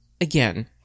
again